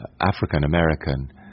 African-American